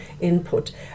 input